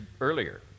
earlier